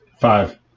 five